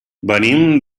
venim